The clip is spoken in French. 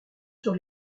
sur